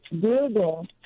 Google